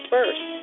First